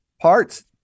Parts